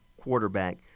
quarterback